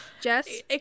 Jess